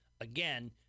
Again